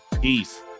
Peace